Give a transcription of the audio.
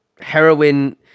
heroin